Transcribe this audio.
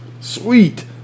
Sweet